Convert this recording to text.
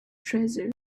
treasure